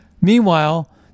Meanwhile